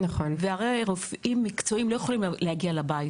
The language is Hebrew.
והרי רופאים מקצועיים לא יכולים להגיע לבית,